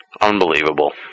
Unbelievable